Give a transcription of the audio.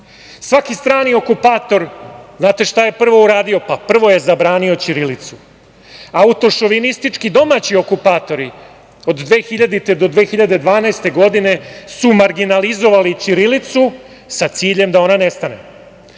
strani okupator, znate šta je prvo uradio? Pa, prvo je zabranio ćirilicu. Autošovinistički domaći okupatori od 2000. do 2012. godine su marginalizovali ćirilicu, sa ciljem da ona nestane.